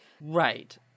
Right